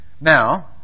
Now